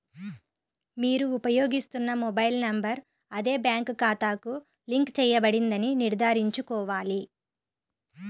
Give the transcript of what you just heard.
మీరు ఉపయోగిస్తున్న mobile number అదే బ్యాంక్ ఖాతాకు లింక్ చేయబడిందని నిర్ధారించుకోవాలి